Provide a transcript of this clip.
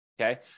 okay